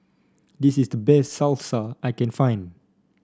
this is the best Salsa I can find